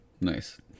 nice